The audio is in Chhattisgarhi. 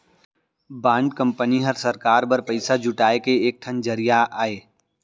बांड कंपनी हर सरकार बर पइसा जुटाए के एक ठन जरिया अय